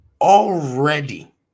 already